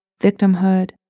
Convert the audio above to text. victimhood